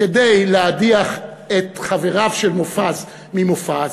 כדי להדיח את חבריו של מופז ממופז,